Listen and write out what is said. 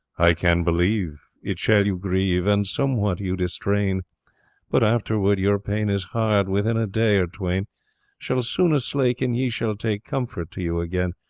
i can believe, it shall you grieve, and somewhat you distrain but, afterward, your paines hard within a day or twain shall soon aslake and ye shall take comfort to you again.